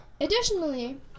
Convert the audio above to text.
Additionally